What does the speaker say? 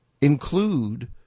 include